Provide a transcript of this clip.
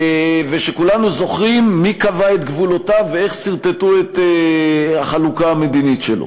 וכולנו זוכרים מי קבע את גבולותיו ואיך סרטטו את החלוקה המדינית שלו,